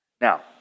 now